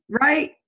right